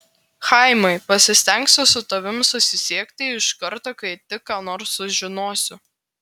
chaimai pasistengsiu su tavimi susisiekti iš karto kai tik ką nors sužinosiu